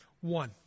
One